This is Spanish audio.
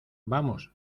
vamos